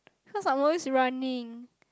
cause I am always running